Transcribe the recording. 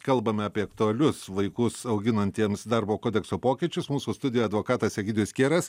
kalbame apie aktualius vaikus auginantiems darbo kodekso pokyčius mūsų studijoje advokatas egidijus kieras